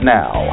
now